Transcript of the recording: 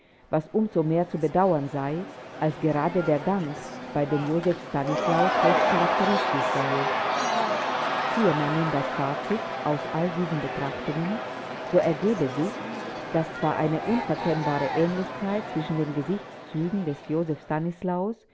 was um so mehr zu bedauern sei als gerade der gang bei dem joseph stanislaus recht charakteristisch sei ziehe man nun das fazit aus all diesen betrachtungen so ergebe sich daß zwar eine unverkennbare ähnlichkeit zwischen den gesichtszügen des joseph stanislaus